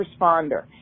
responder